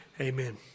Amen